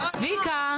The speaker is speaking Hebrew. צביקה.